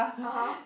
(aha)